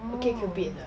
okay cupid 的